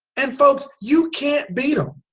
and folks you can't beat em!